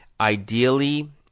Ideally